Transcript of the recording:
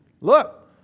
Look